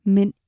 Men